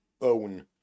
own